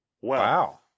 Wow